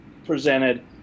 presented